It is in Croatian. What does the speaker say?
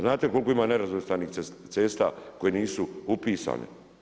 Znate koliko ima nerazvrstanih cesta koje nisu upisane?